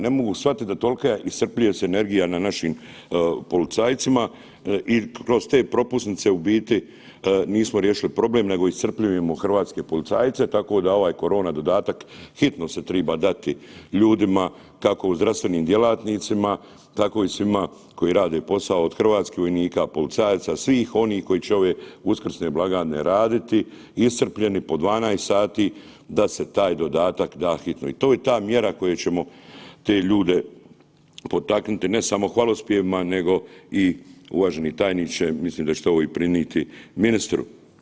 Ne mogu shvatiti da tolika iscrpljuje se energija na našim policajcima i kroz te propusnice u bit nismo riješili problem nego iscrpljujemo hrvatske policajce tako da ovaj korona dodatak hitno se treba dati ljudima, kako u zdravstvenim djelatnicima, tako i svima koji rade posao, od hrvatskih vojnika, policajaca, svih onih koji će ove uskrsne blagdane raditi, iscrpljeni, po 12 sati da se taj dodatak da hitno i to je ta mjera koje ćemo te ljude potaknuti, ne samo hvalospjevima nego i uvaženi tajniče, mislim da ćete ovo prenijeti ministru.